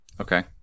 Okay